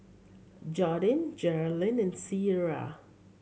Jordyn Geralyn and Cierra